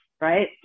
right